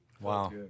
wow